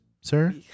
sir